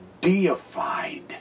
deified